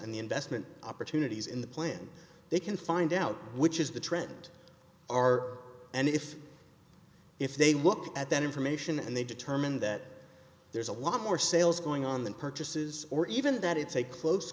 the investment opportunities in the plan they can find out which is the trend are and if if they look at that information and they determine that there's a lot more sales going on than purchases or even that it's a close